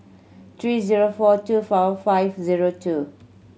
three zero four two four five zero two